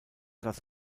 das